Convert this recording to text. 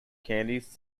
candies